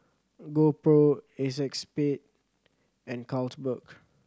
GoPro Acexspade and Carlsberg